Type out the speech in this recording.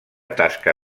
tasca